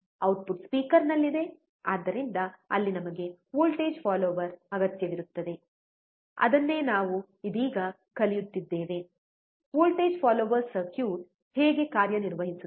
output speaker ನಲ್ಲಿದೆ ಆದ್ದರಿಂದ ಅಲ್ಲಿ ನಮಗೆ ವೋಲ್ಟೇಜ್ ಫಾಲ್ಲೋರ್ ಅಗತ್ಯವಿರುತ್ತದೆ ಅದನ್ನೇ ನಾವು ಇದೀಗ ಕಲಿಯುತ್ತಿದ್ದೇವೆ ವೋಲ್ಟೇಜ್ ಫಾಲೋಯರ್ ಸರ್ಕ್ಯೂಟ್ ಹೇಗೆ ಕಾರ್ಯನಿರ್ವಹಿಸುತ್ತದೆ